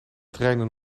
treinen